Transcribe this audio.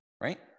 right